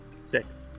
Six